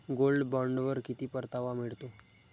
Gold बॉण्डवर किती परतावा मिळतो?